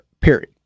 period